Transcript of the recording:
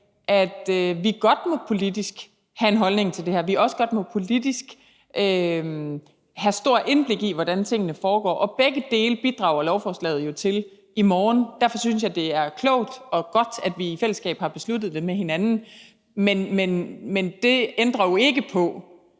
at vi godt politisk må have en holdning til det her, og at vi også godt politisk må have et stort indblik i, hvordan tingene foregår. Og begge dele bidrager lovforslaget, vi skal diskutere i morgen, jo til, og derfor synes jeg, det er klogt og godt, at vi i fællesskab har besluttet det med hinanden. Men det ændrer jo ikke på,